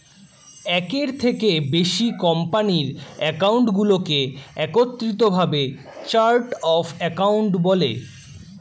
একের থেকে বেশি কোম্পানির অ্যাকাউন্টগুলোকে একত্রিত ভাবে চার্ট অফ অ্যাকাউন্ট বলে